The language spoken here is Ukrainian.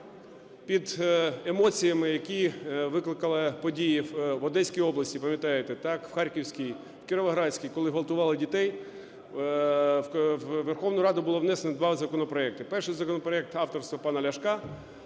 під емоціями, які викликали події в Одеській області, пам'ятаєте, в Харківський, в Кіровоградській, коли ґвалтували дітей, у Верховну Раду було внесено два законопроекти. Перший законопроект - авторства пана Ляшка,